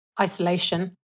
isolation